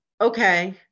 Okay